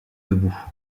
debout